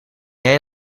jij